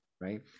right